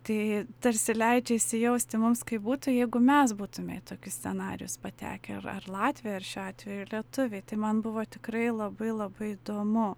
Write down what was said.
tai tarsi leidžia įsijausti mums kaip būtų jeigu mes būtume į tokius scenarijus patekę ar ar latviai ar šiuo atveju lietuviai tai man buvo tikrai labai labai įdomu